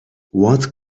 what